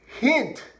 hint